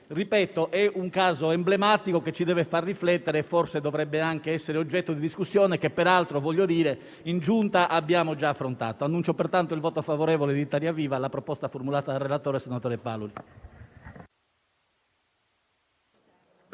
ripeto, è un caso emblematico che ci deve far riflettere e forse dovrebbe anche essere oggetto di una discussione, che peraltro in Giunta - lo voglio dire - abbiamo già affrontato. Annuncio pertanto il voto favorevole di Italia Viva alla proposta illustrata dal relatore, senatore Paroli.